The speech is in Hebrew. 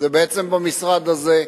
זה בעצם במשרד הזה,